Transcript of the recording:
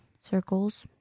circles